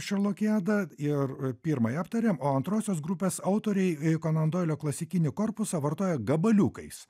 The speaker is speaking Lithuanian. šerlokiadą ir a pirmąją aptarėm o antrosios grupės autoriai konan doilio klasikinį korpusą vartoja gabaliukais